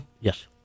Yes